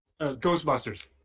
Ghostbusters